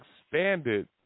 expanded